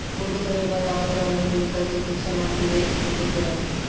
गुड्डू भैया बतलावत रहले की उनका के कुछ सामान बिदेश भेजे के रहे